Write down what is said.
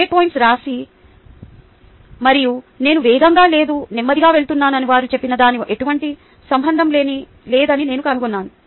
grade point సరాసరి మరియు నేను వేగంగా లేదా నెమ్మదిగా వెళ్తున్నానని వారు చెప్పినదానికి ఎటువంటి సంబంధం లేదని నేను కనుగొన్నాను